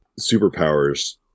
superpowers